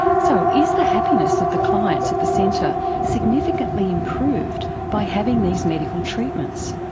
so is the happiness of the clients at the centre significantly improved by having these medical treatments?